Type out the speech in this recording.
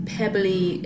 pebbly